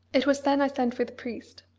it was then i sent for the priest.